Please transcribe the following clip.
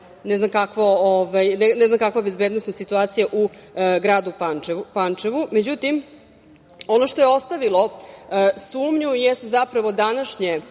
ne znam kakva bezbednosna situacija u gradu Pančevu.Međutim, ono što je ostavilo sumnju jesu, zapravo, današnji